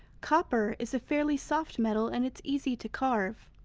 copper is a fairly soft metal, and it's easy to carve.